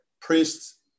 priests